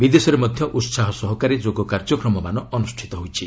ବିଦେଶରେ ମଧ୍ୟ ଉତ୍ସାହ ସହକାରେ ଯୋଗ କାର୍ଯ୍ୟକ୍ରମମାନ ଅନୁଷ୍ଠିତ ହୋଇଛି